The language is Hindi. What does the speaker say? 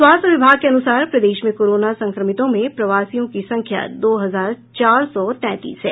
स्वास्थ्य विभाग के अनुसार प्रदेश में कोरोना संक्रमितों में प्रवासियों की संख्या दो हजार चार सौ तैंतीस है